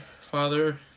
father